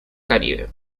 caribe